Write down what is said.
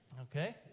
Okay